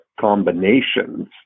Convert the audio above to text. combinations